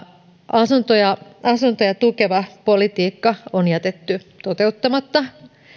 asuntoja asuntoja tukeva politiikka on jätetty toteuttamatta